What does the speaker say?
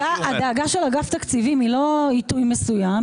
הדאגה של אגף תקציבים היא לא עיתוי מסוים,